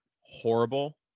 horrible